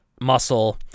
Muscle